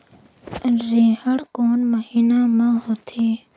रेहेण कोन महीना म होथे?